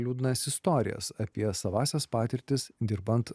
liūdnas istorijas apie savąsias patirtis dirbant